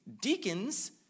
deacons